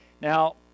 Now